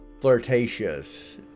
flirtatious